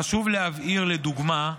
חשוב להבהיר, לדוגמה,